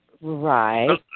Right